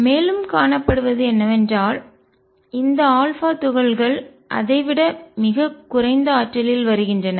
மேலும் காணப்படுவது என்னவென்றால் இந்த துகள்கள் அதை விட மிகக் குறைந்த ஆற்றலில் வருகின்றன